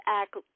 act